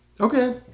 okay